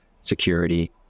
security